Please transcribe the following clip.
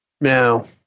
Now